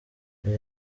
iyi